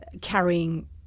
carrying